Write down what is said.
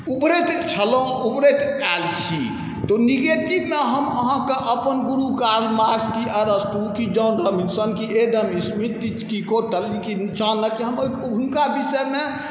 उबरैत छलहुँ उबरैत आएल छी तऽ ओ नेगेटिवमे हम अहाँके अपन गुरु कार्ल मार्क्स अरस्तु कि जॉन रॉबिन्सन कि एडम स्मिथ कि कौटिल्य कि चाणक्य हम हुनका विषयमे